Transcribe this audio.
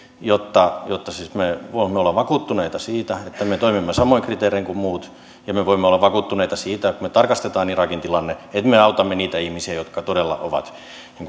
jotta jotta me voimme olla vakuuttuneita siitä että me toimimme samoin kriteerein kuin muut ja me voimme olla vakuuttuneita siitä kun me tarkastamme irakin tilanteen että me autamme niitä ihmisiä jotka todella ovat